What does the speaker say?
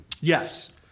Yes